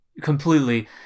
completely